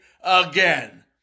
again